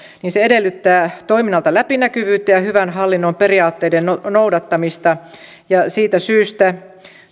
edellyttää toiminnalta läpinäkyvyyttä ja hyvän hallinnon periaatteiden noudattamista siitä syystä